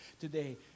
today